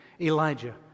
Elijah